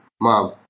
mom